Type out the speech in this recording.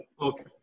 Okay